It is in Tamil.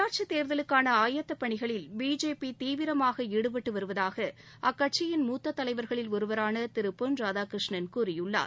உள்ளாட்சித் தேர்தலுக்கான ஆயத்தப்பணிகளில் பிஜேபி தீவிரமாக ஈடுபட்டு வருவதாக அக்கட்சியின் மூத்த தலைவர்களில் ஒருவரான திரு பொன் ராதாகிருஷ்ணன் கூறியுள்ளார்